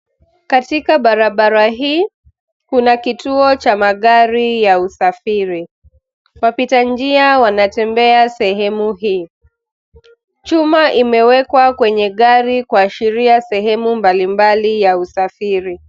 Katika barabara hii, kuna kituo cha magari ya usafiri, wapitanjia wanatembea sehemu hii, chuma imewekwa kwenye gari kuashiria sehemu mbalimbali ya usafiri.